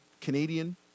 Canadian